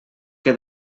que